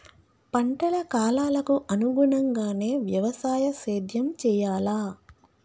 పంటల కాలాలకు అనుగుణంగానే వ్యవసాయ సేద్యం చెయ్యాలా?